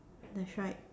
that's right